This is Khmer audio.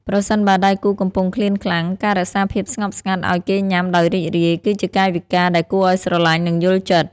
ប្រសិនបើដៃគូកំពុងឃ្លានខ្លាំង ការរក្សាភាពស្ងប់ស្ងាត់ឱ្យគេញ៉ាំដោយរីករាយ គឺជាកាយវិការដែលគួរឱ្យស្រឡាញ់ និងយល់ចិត្ត។